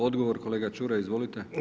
Odgovor kolega Čuraj, izvolite.